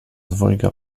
dwojga